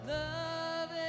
love